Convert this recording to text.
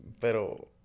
Pero